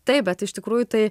taip bet iš tikrųjų tai